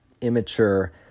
immature